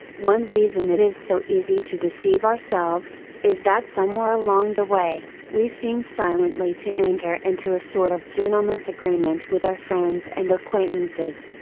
one reason it is so easy to deceive ourselves, is that somewhere along the way, we seem silently to enter into a sort of gentleman's agreement with our friends and acquaintances.